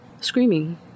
screaming